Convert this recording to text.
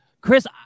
Chris